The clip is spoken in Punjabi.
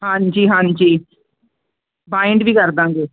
ਹਾਂਜੀ ਹਾਂਜੀ ਬਾਇੰਡ ਵੀ ਕਰ ਦਾਂਗੇ